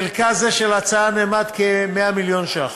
חלקה זה של ההצעה נאמד ב-100 מיליון ש"ח.